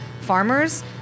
farmers